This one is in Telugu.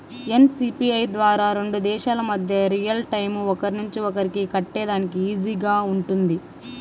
ఎన్.సి.పి.ఐ ద్వారా రెండు దేశాల మధ్య రియల్ టైము ఒకరి నుంచి ఒకరికి కట్టేదానికి ఈజీగా గా ఉంటుందా?